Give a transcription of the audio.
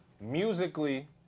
Musically